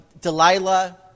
Delilah